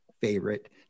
favorite